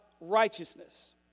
Righteousness